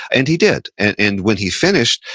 and he did. and and when he finished,